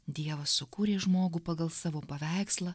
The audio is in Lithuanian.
dievas sukūrė žmogų pagal savo paveikslą